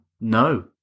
no